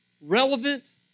relevant